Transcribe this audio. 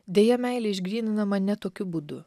deja meilė išgryninama ne tokiu būdu